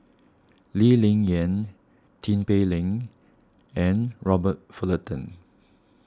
Lee Ling Yen Tin Pei Ling and Robert Fullerton